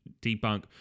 debunk